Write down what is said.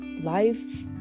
life